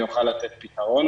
ונוכל לתת פתרון.